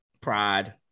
Pride